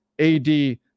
AD